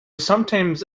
sometimes